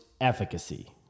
efficacy